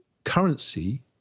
Currency